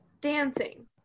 dancing